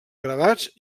gravats